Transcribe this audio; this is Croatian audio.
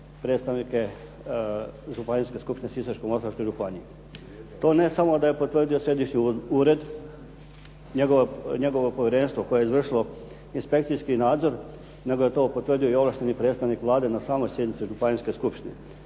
predstavnike Županijske skupštine Sisačko-moslavačke županije. To ne samo da je potvrdio središnji ured, njegovo povjerenstvo koje je izvršilo inspekcijski nadzor, nego je to potvrdio i ovlašteni predstavnik Vlade na samoj sjednici županijske skupštine.